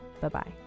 bye-bye